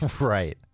Right